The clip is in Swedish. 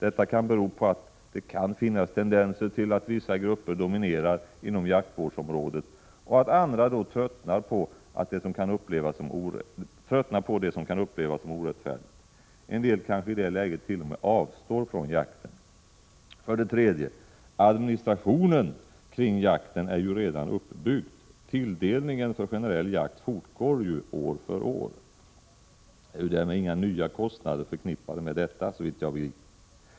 Detta kan bero på att det kan finnas tendenser till att vissa grupper dominerar inom jaktvårdsområdet och att andra då tröttnar på det som kan upplevas som orättfärdigt. En del kanske i det läget t.o.m. avstår från jakten. För det tredje: Administrationen kring jakten är redan uppbyggd. Tilldelningen för generell jakt fortgår ju år för år. Det är därmed inga nya kostnader förknippade med detta, såvitt jag begriper.